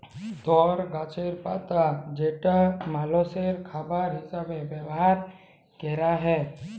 তর গাছের পাতা যেটা মালষের খাবার হিসেবে ব্যবহার ক্যরা হ্যয়